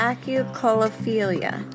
Acucolophilia